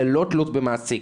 ללא תלות במעסיק,